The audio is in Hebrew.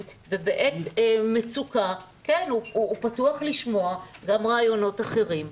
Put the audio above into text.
ובעת מצוקה הוא פתוח לשמוע גם רעיונות אחרים.